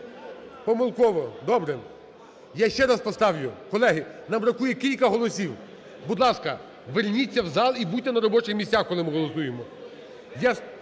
Помилково. Добре. Я ще раз поставлю. Колеги, нам бракує кілька голосів. Будь ласка, верніться в зал і будьте на робочих місцях, коли ми голосуємо.